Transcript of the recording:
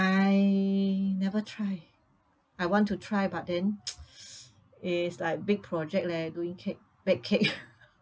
I never try I want to try but then is like big project leh doing cake bake cake